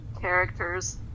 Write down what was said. characters